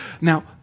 Now